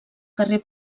carrer